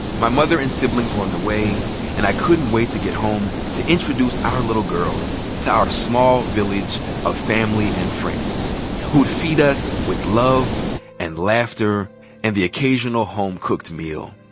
my mother and siblings were on the way and i couldn't wait to get home to introduce our little girl to our small village of family and friends who'd feed us with love and laughter and the occasional home-cooked meal.